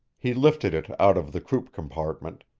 he lifted it out of the croup-compartment,